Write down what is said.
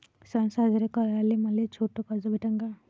सन साजरे कराले मले छोट कर्ज भेटन का?